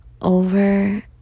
over